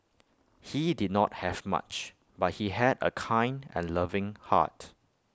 he did not have much but he had A kind and loving heart